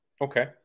Okay